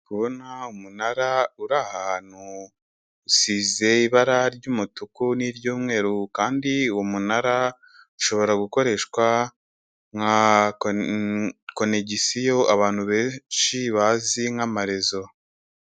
Ndi kubona umunara uri ahantu, usize ibara ry'umutuku n'iry'umweru kandi uwo umunara ushobora gukoreshwa nka connéction abantu benshi bazi nk'amarezo.